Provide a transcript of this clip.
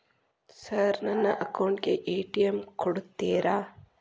Sir ನನ್ನ account ಗೆ ATM ಕೊಡುತ್ತೇರಾ?